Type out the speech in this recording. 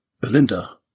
Belinda